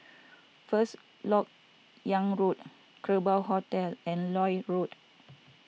First Lok Yang Road Kerbau Hotel and Lloyd Road